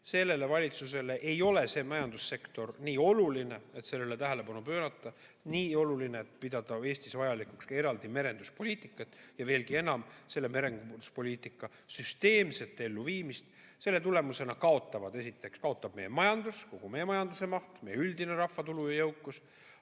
Sellele valitsusele ei ole see majandussektor nii oluline, et sellele tähelepanu pöörata, nii oluline, et pidada Eestis vajalikuks eraldi merenduspoliitikat ja veelgi enam, merenduspoliitika süsteemset elluviimist. Selle tulemusena esiteks kaotab meie majandus, kogu meie majanduse maht, meie üldine rahvatulu, jõukus,